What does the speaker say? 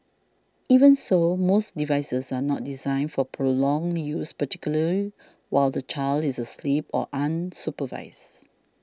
even so most devices are not designed for prolonged use particularly while the child is asleep or unsupervised